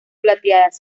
plateadas